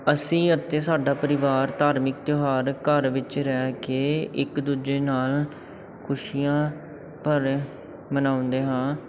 ਅਸੀਂ ਅਤੇ ਸਾਡਾ ਪਰਿਵਾਰ ਧਾਰਮਿਕ ਤਿਉਹਾਰ ਘਰ ਵਿੱਚ ਰਹਿ ਕੇ ਇੱਕ ਦੂਜੇ ਨਾਲ ਖੁਸ਼ੀਆਂ ਭਰ ਮਨਾਉਂਦੇ ਹਾਂ